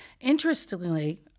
Interestingly